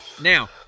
Now